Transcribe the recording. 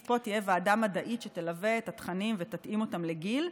אז פה תהיה ועדה מדעית שתלווה את התכנים ותתאים אותם לגיל,